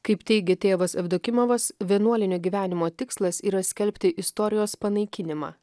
kaip teigia tėvas jevdokimovas vienuolinio gyvenimo tikslas yra skelbti istorijos panaikinimą